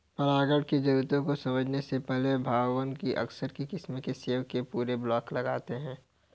परागण की जरूरतों को समझने से पहले, बागवान अक्सर एक ही किस्म के सेब के पूरे ब्लॉक लगाते थे